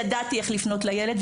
ידעתי איך לפנות לילד,